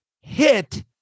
hit